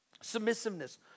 Submissiveness